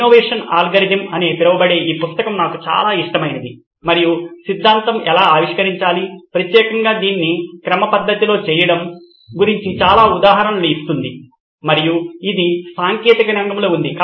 innovation algorithm అని పిలువబడే ఈ పుస్తకం నాకు చాలా ఇష్టమైనది మరియు సిద్ధాంతం ఎలా ఆవిష్కరించాలి ప్రత్యేకంగా దీన్ని క్రమపద్ధతిలో చేయడం గురించి చాలా ఉదాహరణలు ఇస్తుంది మరియు ఇది సాంకేతిక రంగంలో ఉంది